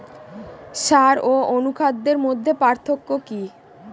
সার ও অনুখাদ্যের মধ্যে পার্থক্য কি?